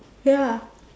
ya